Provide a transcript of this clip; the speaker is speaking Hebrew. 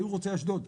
היו רוצים אשדוד.